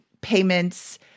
payments